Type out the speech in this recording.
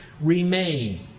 remain